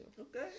Okay